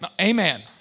Amen